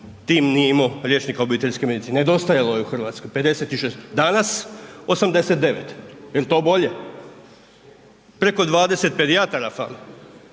tim nije imao liječnika obiteljske medicine, nedostajalo je u Hrvatskoj 56. Danas 89. Je li to bolje? Preko 20 pedijatara fali.